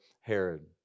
Herod